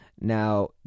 Now